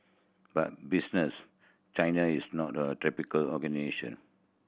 but Business China is not a typical